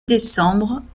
décembre